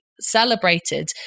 celebrated